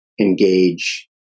engage